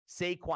Saquon